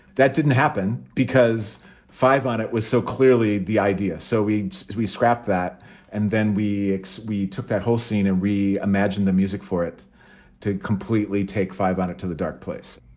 that didn't happen because five on it was so clearly the idea. so we we scrapped that and then we we took that whole scene and reimagined the music for it to completely take five out it to the dark place